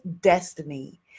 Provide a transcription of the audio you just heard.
destiny